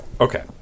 Okay